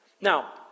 Now